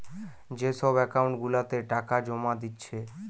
যে সব একাউন্ট গুলাতে টাকা জোমা দিচ্ছে